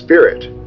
spirit,